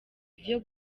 vyo